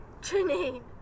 Janine